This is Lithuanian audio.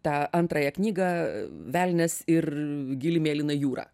tą antrąją knygą velnias ir gili mėlyna jūra